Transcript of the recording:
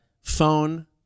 phone